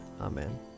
Amen